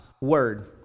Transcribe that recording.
word